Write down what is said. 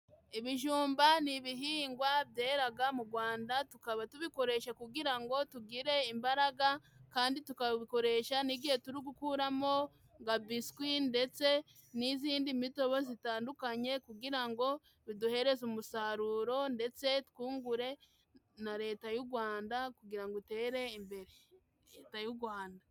Ibijumba ni ibihingwa byeraga mu gwanda, tukaba tubikoresha kugira ngo tugire imbaraga, kandi tukabikoresha n'igihe turi gukuramo nka biswi ndetse n'izindi mitobe zitandukanye, kugira ngo biduhereze umusaruro ndetse twungure na leta y'u gwanda kugira utere imbere. Leta y'u rwanda.